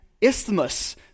Isthmus